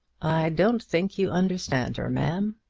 i don't think you understand her, ma'am.